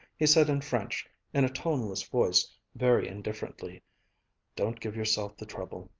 he said in french, in a toneless voice, very indifferently don't give yourself the trouble.